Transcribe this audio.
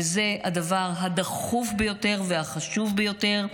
וזה הדבר הדחוף ביותר והחשוב ביותר.